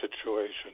situation